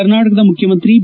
ಕರ್ನಾಟಕದ ಮುಖ್ಯಮಂತ್ರಿ ಬಿ